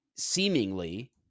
seemingly